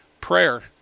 prayer